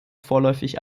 vorläufig